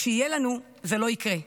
כשיהיה לנו, זה לא יקרה.